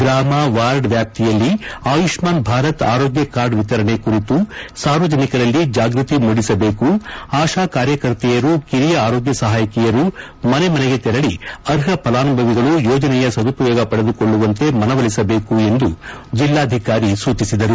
ಗ್ರಾಮ ವಾರ್ಡ್ ವ್ಯಾಪ್ತಿಯಲ್ಲಿ ಆಯುಷ್ಮಾನ್ ಭಾರತ್ ಆರೋಗ್ಗ ಕಾರ್ಡ್ ವಿತರಣೆ ಕುರಿತು ಸಾರ್ವಜನಿಕರಲ್ಲಿ ಜಾಗೃತಿ ಮೂಡಿಸಬೇಕು ಆಶಾ ಕಾರ್ಯಕರ್ತೆಯರು ಕಿರಿಯ ಆರೋಗ್ಯ ಸಹಾಯಕಿಯರು ಮನೆ ಮನೆಗೆ ತೆರಳಿ ಅರ್ಹ ಫಲಾನುಭವಿಗಳು ಯೋಜನೆ ಸದುಪಯೋಗ ಪಡೆದುಕೊಳ್ಳುವಂತೆ ಮನವೊಲಿಸಬೇಕು ಎಂದು ಜಲ್ಲಾಧಿಕಾರಿ ಸೂಚಿಸಿದರು